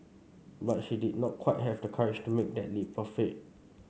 but she did not quite have the courage to make that leap of faith